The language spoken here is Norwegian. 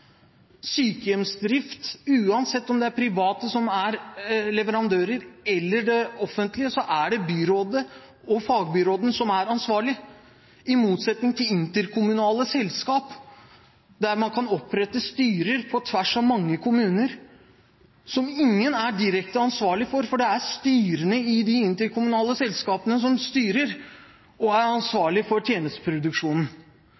sykehjemsdrift – uansett om det er private eller offentlige som er leverandører – er det byrådet og fagbyråden som er ansvarlig, i motsetning til når det gjelder interkommunale selskap, der man kan opprette styrer på tvers av mange kommuner, og ingen er direkte ansvarlige, for det er styrene i de interkommunale selskapene som styrer og er ansvarlige for tjenesteproduksjonen.